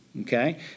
Okay